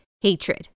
hatred